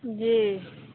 जी